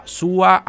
sua